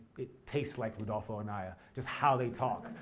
it tastes like rudolfo anaya just how they talk.